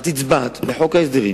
הצבעת בחוק ההסדרים